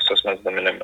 su asmens duomenimi